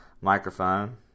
microphone